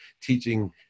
teaching